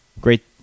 great